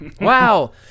Wow